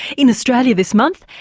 in australia this month.